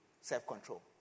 Self-control